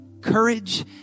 courage